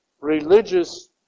religious